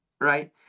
Right